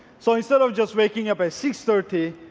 so instead of just waking up at six thirty,